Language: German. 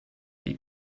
die